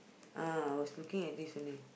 ah I was looking at this only